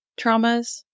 traumas